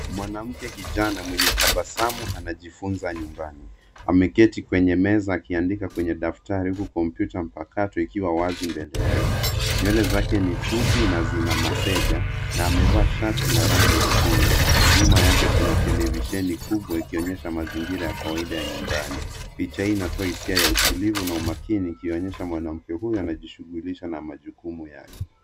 Mwanamke kijana mwenye tabasamu anajifunza nyumbani. Ameketi kwenye meza akiandika kwenye daftari, huku kompyuta mpakato ikiwa wazi mbele yake. Nywele zake ni fupi na zina masega na amevaa shati la rangi ya chungwa. Nyuma yake kuna televisheni kubwa ikionyesha mazingira ya kawaida ya nyumbani. Picha hii inatoa hisia ya utulivu na umakini, ikionyesha mwanamke huyu anajishughulisha na majukumu yake.